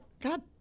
God